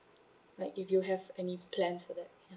like if you have any plans for that